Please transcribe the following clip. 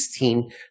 16%